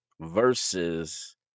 versus